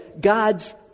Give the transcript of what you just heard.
God's